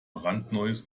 brandneues